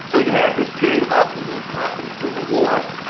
so you had this period of optimism after the civil war.